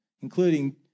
including